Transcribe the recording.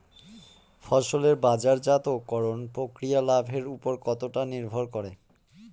ফসলের বাজারজাত করণ প্রক্রিয়া লাভের উপর কতটা নির্ভর করে?